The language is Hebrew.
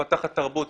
מתפתחת תרבות,